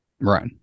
Right